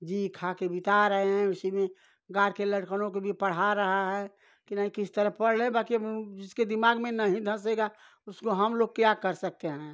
जी खाकर बिता रहे हैं उसी में घर के लड़कों को भी पढ़ा रहा है कि नहीं किसी तरह पढ़ ले बाकी जिसके दिमाग नहीं धँसेगा उसको हमलोग क्या कर सकते हैं